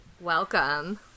Welcome